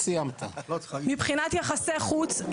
מבחינת יחסי חוץ,